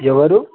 ఎవరు